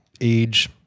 age